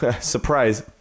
Surprise